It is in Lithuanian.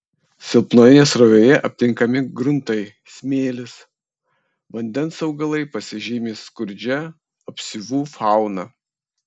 silpnoje srovėje aptinkami gruntai smėlis vandens augalai pasižymi skurdžia apsiuvų fauna